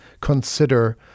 consider